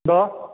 എന്തോ